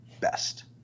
best